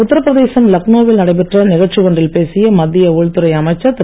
உத்தரபிரதேசம் லக்னோவில் நடைபெற்ற நிகழ்ச்சி ஒன்றில் பேசிய மத்திய உள்துறை அமைச்சர் திரு